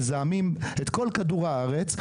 מזהמים את כל כדור הארץ.